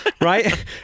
Right